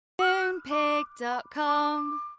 Moonpig.com